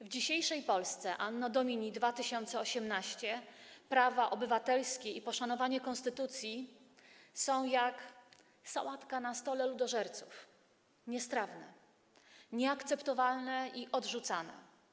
W dzisiejszej Polsce, Anno Domini 2018, prawa obywatelskie i poszanowanie konstytucji są jak sałatka na stole ludożerców: niestrawne, nieakceptowalne i odrzucane.